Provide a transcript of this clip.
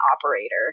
operator